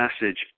message